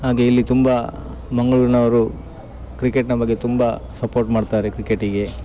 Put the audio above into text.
ಹಾಗೆ ಇಲ್ಲಿ ತುಂಬಾ ಮಂಗಳೂರಿನವರು ಕ್ರಿಕೆಟ್ನ ಬಗ್ಗೆ ತುಂಬ ಸಪೋರ್ಟ್ ಮಾಡ್ತಾರೆ ಕ್ರಿಕೆಟಿಗೆ